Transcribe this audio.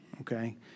okay